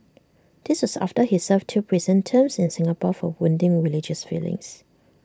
this was after he served two prison terms in Singapore for wounding religious feelings